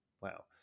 wow